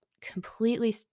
completely